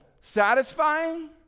satisfying